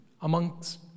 amongst